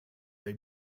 they